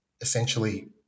essentially